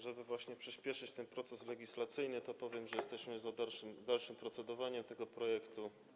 Żeby właśnie przyspieszyć ten proces legislacyjny, powiem, że jesteśmy za dalszym procedowaniem tego projektu.